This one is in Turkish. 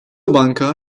banka